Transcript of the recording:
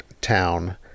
town